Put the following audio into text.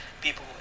people